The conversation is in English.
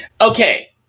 Okay